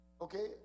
Okay